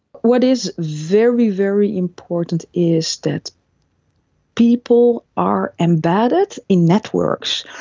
what is very, very important is that people are embedded in networks.